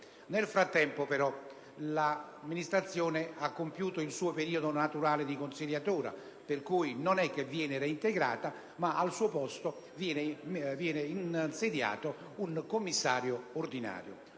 Nel frattempo, però, l'amministrazione ha compiuto il suo periodo naturale di consiliatura, per cui non viene reintegrata ma al suo posto viene insediato un commissario ordinario.